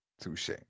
Touche